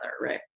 right